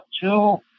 two